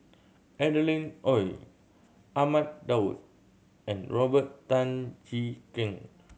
Adeline Ooi Ahmad Daud and Robert Tan Jee Keng